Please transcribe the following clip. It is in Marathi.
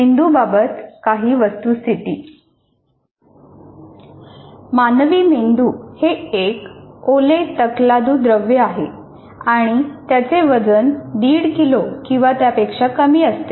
मेंदू बाबत काही वस्तुस्थिती मानवी मेंदू हे एक ओलेतकलादू द्रव्य आहे आणि त्याचे वजन दीड किलो किंवा त्यापेक्षा कमी असते